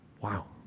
Wow